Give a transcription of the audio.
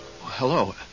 Hello